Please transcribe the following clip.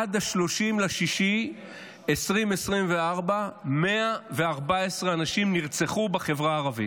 עד 30 ביוני 2024, 114 אנשים נרצחו בחברה הערבית.